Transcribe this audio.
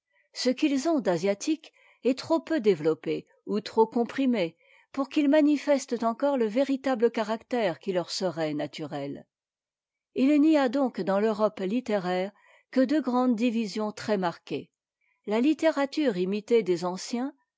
ce qu'us ont d'asiatique est trop peu développé pour que leurs écrivains puissent encore manifester le véritable caractère qui leur serait naturel il n'y a donc dans l'europe iittéraire que deux grandes divisions très marquées la littérature imitée des anciens